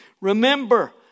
Remember